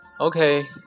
Okay